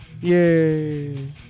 Yay